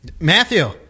Matthew